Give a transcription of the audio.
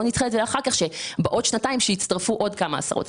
נדחה אותו לאחר כך כאשר בעוד שנתיים יצטרפו עוד כמה עשרות אלפים.